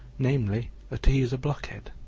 namely, that he is a blockhead.